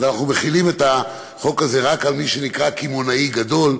אז אנחנו מחילים את החוק הזה רק על מי שנקרא "קמעונאי גדול",